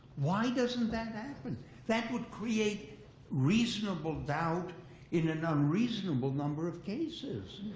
why doesn't that that happen? that would create reasonable doubt in an unreasonable number of cases.